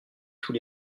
tous